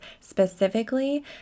specifically